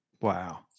Wow